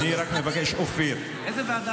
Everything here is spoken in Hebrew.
אני אומר: בוא נניח לתהליך, נהפוך את זה להצעה